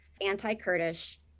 anti-Kurdish